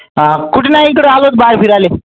हा कुठं नाही इकडं आलो बाहेर फिरायले